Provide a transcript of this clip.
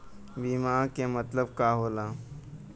बीमा के मतलब का होला?